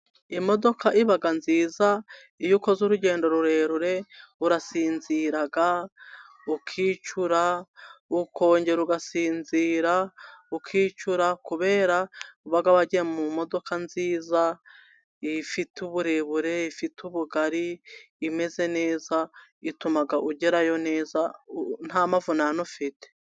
Imodoka iba nziza iyo ukoze urugendo rurerure, urasinzira, ukicura, ukongera ugasinzira ,ukicura. Kubera uba wagiye mu modoka nziza, ifite uburebure, ifite ubugari, imeze neza, ituma ugerayo neza nta mavunane ufite.